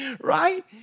right